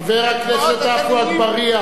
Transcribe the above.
חבר הכנסת עפו אגבאריה.